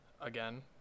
again